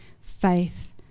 faith